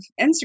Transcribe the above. Instagram